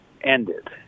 ended